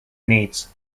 needs